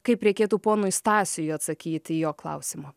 kaip reikėtų ponui stasiui atsakyti į jo klausimą